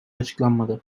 açıklanmadı